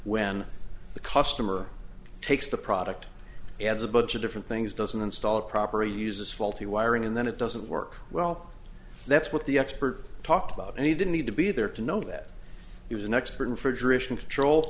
when the customer takes the product adds a bunch of different things doesn't install a proper a uses faulty wiring and then it doesn't work well that's what the expert talked about and he didn't need to be there to know that he was an expert in